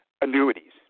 annuities